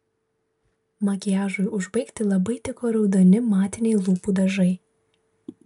makiažui užbaigti labai tiko raudoni matiniai lūpų dažai